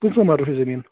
کٲژاہ ملرٕ چھِ زٔمیٖن